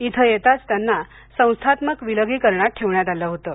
इथं येताच त्यांना संस्थात्मक विलगीकरणात ठेवण्यात आलं होतं